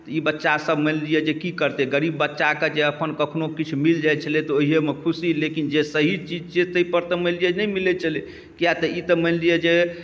ई बच्चासब मानि लिअऽ जेकि करतै गरीब बच्चाके जे अपन कखनो किछु मिल जाइ छलै तऽ ओहिमे खुशी लेकिन जे सही चीज छै ताहिपर तऽ मानि लिअऽ नहि मिलै छलै किएक ई तऽ मानि लिअऽ जे